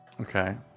Okay